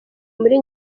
muri